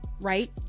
right